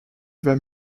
vas